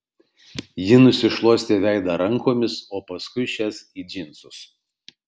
ji nusišluostė veidą rankomis o paskui šias į džinsus